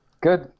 Good